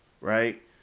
right